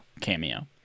cameo